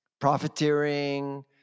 profiteering